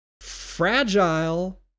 fragile